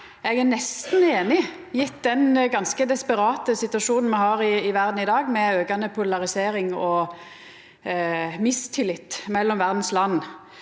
Eg er nesten einig, gjeve den ganske desperate situasjonen me har i verda i dag, med aukande polarisering og mistillit mellom verdas land.